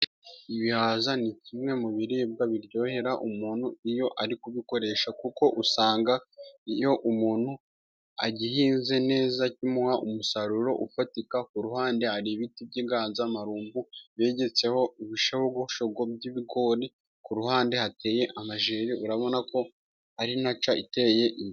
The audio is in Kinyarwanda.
Ibihaza ni kimwe mu biribwa biryohera umuntu iyo ari kubikoresha, kuko usanga iyo umuntu agihinze neza kimuha umusaruro ufatika ,ku ruhande hari ibiti by'inganzamarumbu begetseho ibishogoshogo by'ibigori ,ku ruhande hateye amajeri urabonako ari naca, iteye ....